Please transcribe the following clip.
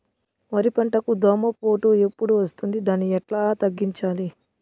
వరి పంటకు దోమపోటు ఎప్పుడు వస్తుంది దాన్ని ఎట్లా తగ్గించాలి?